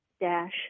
dash